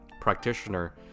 practitioner